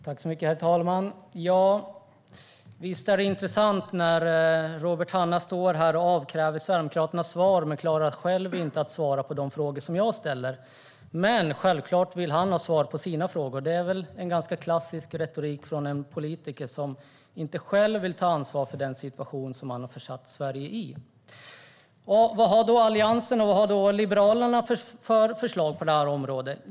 Herr talman! Visst är det intressant att Robert Hannah står här och avkräver Sverigedemokraterna svar. Han klarar inte att svara på de frågor jag ställer, men han vill självklart ha svar på sina frågor. Det är väl en ganska klassisk retorik från en politiker som inte vill ta ansvar för den situation han har försatt Sverige i. Vad har Alliansen och Liberalerna för förslag på området?